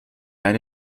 eine